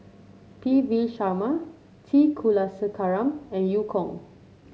P V Sharma T Kulasekaram and Eu Kong